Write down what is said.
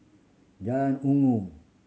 Jalan Inggu